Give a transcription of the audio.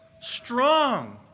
Strong